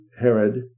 Herod